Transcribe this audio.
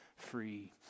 free